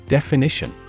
Definition